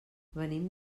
venim